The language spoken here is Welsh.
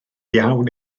iawn